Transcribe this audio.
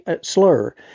slur